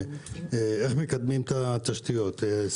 על קידום התשתיות,